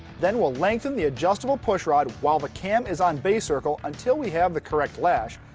then we'll lengthen the adjustable push rod while the cam is on base circle until we have the correct lash,